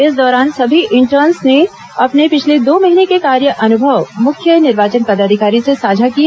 इस दौरान सभी इंटर्न्स ने अपने पिछले दो महीने के कार्य अनुभव मुख्य निर्वाचन पदाधिकारी से साझा किए